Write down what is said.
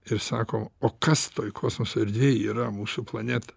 ir sakom o kas toj kosmoso erdvėj yra mūsų planeta